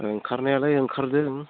ओंखारनायालाय ओंखारदों